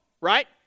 right